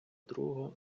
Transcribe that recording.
другого